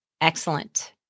Excellent